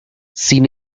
sin